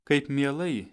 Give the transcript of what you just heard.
kaip mielai